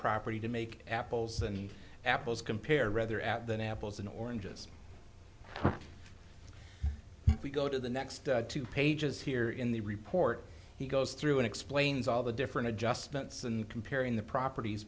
property to make apples and apples compare rather at than apples and oranges we go to the next two pages here in the report he goes through and explains all the different adjustments and comparing the properties